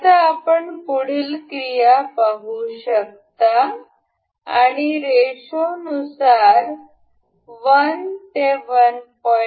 आता आपण पुढील क्रिया पाहू शकता आणि रेशोनुसार 1 ते 1